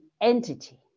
entity